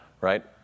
right